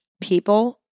people